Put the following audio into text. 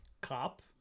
cop